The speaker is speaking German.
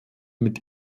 mit